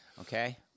Okay